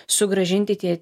sugrąžinti tie